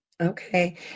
Okay